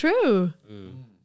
True